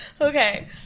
Okay